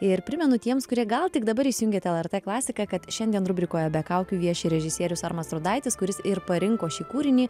ir primenu tiems kurie gal tik dabar įsijungėt lrt klasiką kad šiandien rubrikoje be kaukių vieši režisierius armas rudaitis kuris ir parinko šį kūrinį